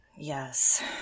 Yes